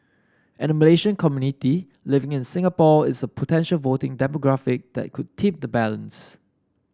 and the Malaysian community living in Singapore is a potential voting demographic that could tip the balance